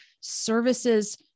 services